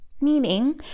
Meaning